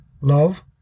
love